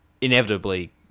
inevitably